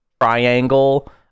triangle